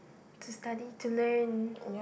to study to learn